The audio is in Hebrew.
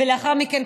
ולאחר מכן,